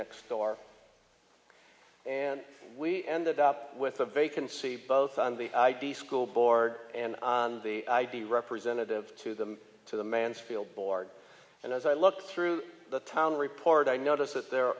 next door and we ended up with a vacancy both on the school board and on the id representative to them to the mansfield board and as i look through the town report i notice that there